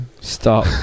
stop